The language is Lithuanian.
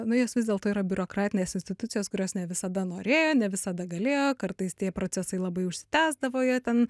nu jos vis dėlto yra biurokratinės institucijos kurios ne visada norėjo ne visada galėjo kartais tie procesai labai užsitęsdavo jie ten